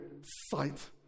sight